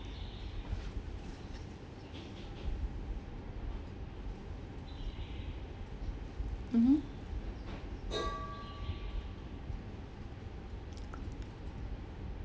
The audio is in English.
mmhmm